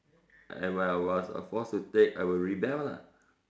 and when I was uh forced to take I would rebel lah